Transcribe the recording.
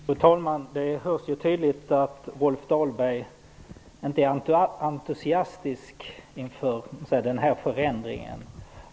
Fru talman! Det hörs ju tydligt att Rolf Dahlberg inte är entusiastisk inför den här förändringen.